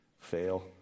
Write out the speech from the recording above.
fail